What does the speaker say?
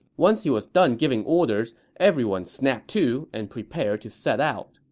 once he was done giving orders, everyone snapped to and prepared to set out